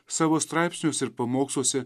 savo straipsniuose ir pamoksluose